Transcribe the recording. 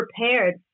prepared